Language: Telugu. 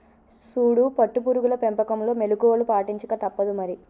సూడు పట్టు పురుగుల పెంపకంలో మెళుకువలు పాటించక తప్పుదు మరి